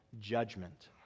judgment